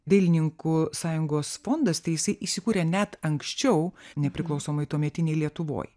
dailininkų sąjungos fondas tai jisai įsikūrė net anksčiau nepriklausomoj tuometinėj lietuvoj